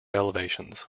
elevations